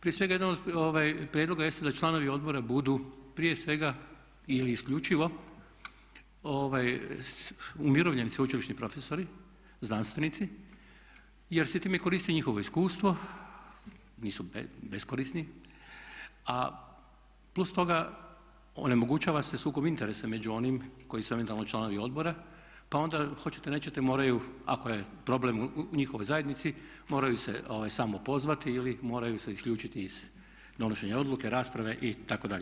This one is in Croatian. Prije svega jedan od prijedloga jeste da članovi odbora budu prije svega ili isključivo umirovljeni sveučilišni profesori, znanstvenici jer se time koristi njihovo iskustvo, nisu beskorisni, a plus toga onemogućava se sukob interesa među onima koji su eventualno članovi odbora pa onda hoćete nećete moraju ako je problem u njihovoj zajednici moraju se samo pozvati ili moraju se isključiti iz donošenja odluke, rasprave itd.